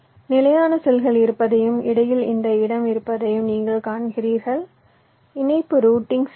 நிலையான செல்கள் இருப்பதையும் இடையில் இந்த இடம் இருப்பதையும் நீங்கள் காண்கிறீர்கள் இணைப்பு ரூட்டிங் செய்யலாம்